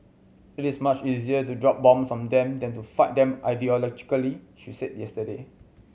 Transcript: it is much easier to drop bombs on them than to fight them ideologically she said yesterday